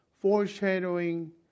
foreshadowing